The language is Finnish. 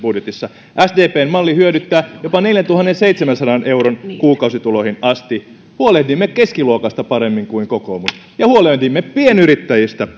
budjetissa sdpn malli hyödyttää jopa neljäntuhannenseitsemänsadan euron kuukausituloihin asti huolehdimme keskiluokasta paremmin kuin kokoomus ja huolehdimme pienyrittäjistä